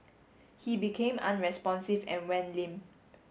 he became unresponsive and went limp